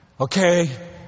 okay